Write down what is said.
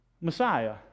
Messiah